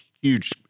huge